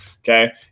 Okay